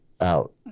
out